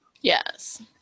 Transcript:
Yes